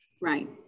Right